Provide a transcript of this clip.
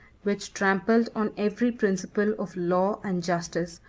which trampled on every principle of law and justice,